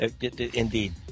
Indeed